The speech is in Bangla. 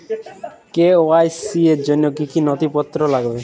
কে.ওয়াই.সি র জন্য কি কি নথিপত্র লাগবে?